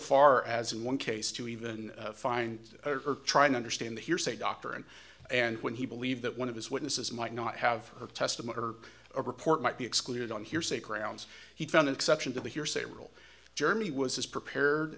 far as in one case to even find or try to understand the hearsay dr and and when he believed that one of his witnesses might not have heard testimony or a report might be excluded on hearsay grounds he found an exception to the hearsay rule germany was as prepared